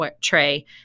tray